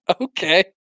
Okay